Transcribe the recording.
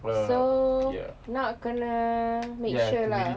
so nak kena make sure lah